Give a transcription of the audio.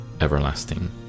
everlasting